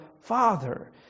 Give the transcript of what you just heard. Father